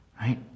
right